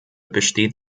besteht